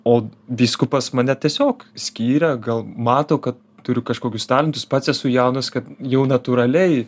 o vyskupas mane tiesiog skyrė gal mato kad turiu kažkokius talentus pats esu jaunas kad jau natūraliai